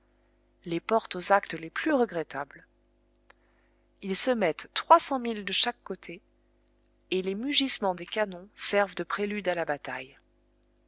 les porte aux actes les plus regrettables ils se mettent trois cent mille de chaque côté et les mugissements des canons servent de prélude à la bataille